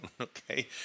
okay